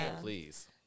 please